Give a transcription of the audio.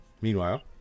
meanwhile